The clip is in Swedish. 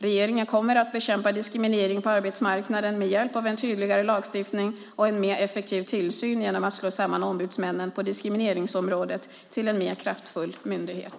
Regeringen kommer att bekämpa diskriminering på arbetsmarknaden med hjälp av en tydligare lagstiftning och en mer effektiv tillsyn genom att slå samman ombudsmännen på diskrimineringsområdet till en mer kraftfull myndighet.